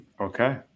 okay